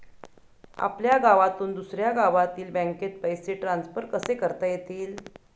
आपल्या गावातून दुसऱ्या गावातील बँकेत पैसे ट्रान्सफर कसे करता येतील?